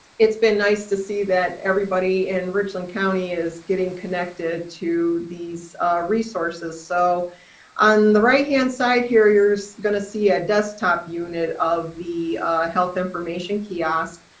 it's been nice to see that everybody in richland county is getting connected to these resources. so on the right-hand side here, you're gonna see a desktop unit of the health information kiosk.